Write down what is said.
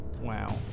Wow